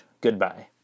goodbye